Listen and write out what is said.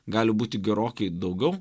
gali būti gerokai daugiau